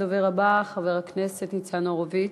הדובר הבא, חבר הכנסת ניצן הורוביץ.